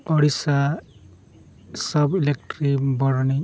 ᱩᱲᱤᱥᱥᱟ ᱥᱚᱵ ᱤᱞᱮᱠᱴᱨᱤ ᱵᱚᱨᱚᱱᱤ